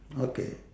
okay